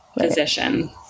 physician